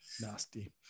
Nasty